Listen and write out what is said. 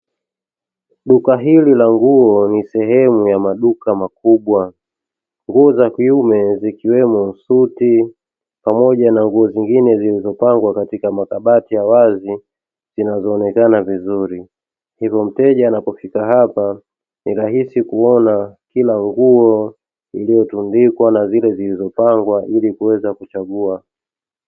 Duka hili la nguo ni sehemu ya maduka makubwa nguo za kiume zikiwepo suti pamoja na nguo nyingine zilizopangwa katika makabati ya wazi zinazoonekana vizuri, hivyo mteja anapofika apa ni rahisi kuona kila nguo iliyotundikwa na zile zilizopangwa ili kuweza kuchagua.